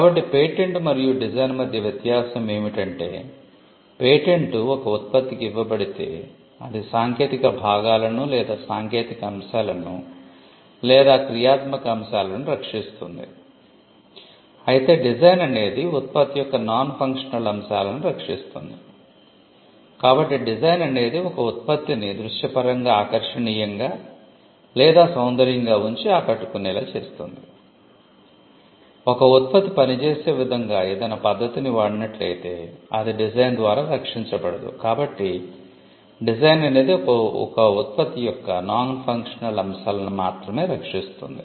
కాబట్టి పేటెంట్ అంశాలను మాత్రమే రక్షిస్తుంది